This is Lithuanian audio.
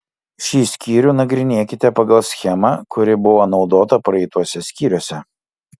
šį skyrių nagrinėkite pagal schemą kuri buvo naudota praeituose skyriuose